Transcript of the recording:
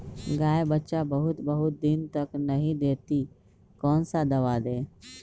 गाय बच्चा बहुत बहुत दिन तक नहीं देती कौन सा दवा दे?